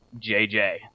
JJ